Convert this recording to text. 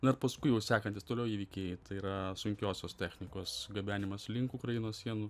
na ir paskui jau sekantys toliau įvykiai tai yra sunkiosios technikos gabenimas link ukrainos sienų